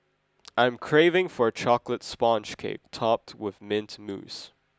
I am craving for a chocolate sponge cake topped with mint mousse